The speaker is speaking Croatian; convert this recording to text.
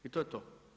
I to je to.